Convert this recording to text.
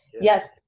yes